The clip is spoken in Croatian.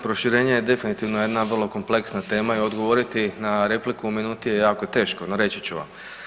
Proširenje je definitivno jedna vrlo kompleksna tema i odgovoriti na repliku u minuti jako teško, no reći ću vam.